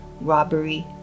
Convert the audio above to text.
robbery